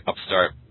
upstart